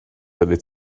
oeddet